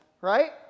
Right